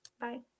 bye